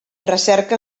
recerca